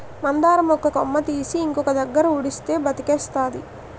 మందార మొక్క కొమ్మ తీసి ఇంకొక దగ్గర ఉడిస్తే బతికేస్తాది